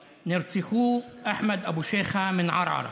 לא סתם מספרים,) נרצחו (אומר בערבית: אחמד אבו שייח'ה מערערה,